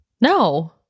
No